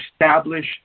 establish